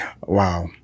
Wow